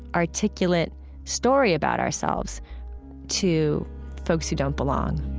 articulate story about ourselves to folks who don't belong